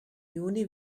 juni